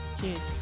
Cheers